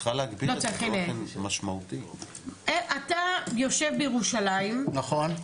אתה יושב בירושלים --- נכון.